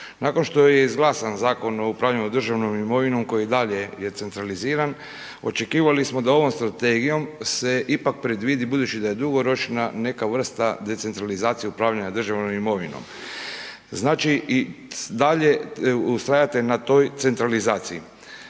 Nakon što je izglasan Zakon o upravljanju državnom imovinom koji je i dalje centraliziran, očekivali smo da ovom strategijom se ipak predvidi budući da je dugoročna neka vrsta decentralizacije upravljanja državnom imovinom, znači i dalje ustrajete na toj centralizaciji.